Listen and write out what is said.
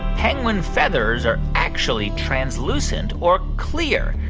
penguin feathers are actually translucent, or clear?